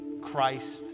Christ